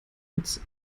rotz